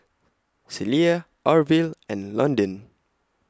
Celia Arvil and Londyn